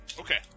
Okay